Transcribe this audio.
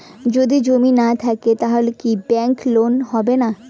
যদি জমি না থাকে তাহলে কি ব্যাংক লোন হবে না?